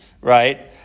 right